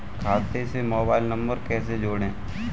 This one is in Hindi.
खाते से मोबाइल नंबर कैसे जोड़ें?